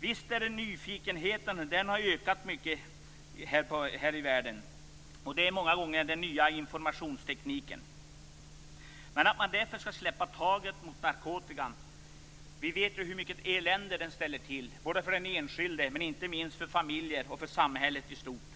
Visst har nyfikenheten ökat mycket här i världen. Det är många gånger den nya informationstekniken som ligger bakom. Men man får därför inte släppa taget om narkotikan. Vi vet ju hur mycket elände den ställer till, både för den enskilde och inte minst för familjer och samhället i stort.